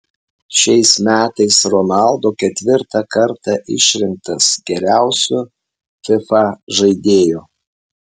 šiais metais ronaldo ketvirtą kartą išrinktas geriausiu fifa žaidėju